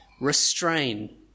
restrain